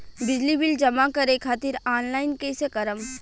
बिजली बिल जमा करे खातिर आनलाइन कइसे करम?